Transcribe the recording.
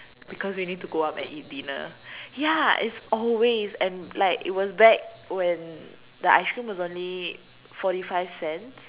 because we need to go up and eat dinner ya it's always and like it was back when the ice cream was only forty five cents